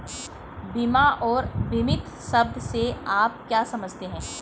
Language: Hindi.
बीमा और बीमित शब्द से आप क्या समझते हैं?